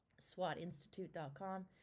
swatinstitute.com